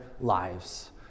lives